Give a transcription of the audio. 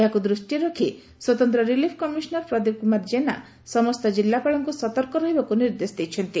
ଏହାକୁ ଦୂଷିରେ ରଖି ସ୍ୱତନ୍ତ ରିଲିଫ କମିସନର ପ୍ରଦୀପ କୁମାର କେନା ସମ୍ଠ ଜିଲ୍ଲାପାଳଙ୍କୁ ସତର୍କ ରହିବାକୁ ନିର୍ଦ୍ଦେଶ ଦେଇଛନ୍ତି